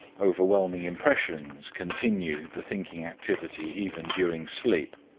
overwhelming impressions continue the thinking activity even during sleep,